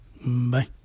Bye